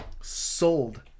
sold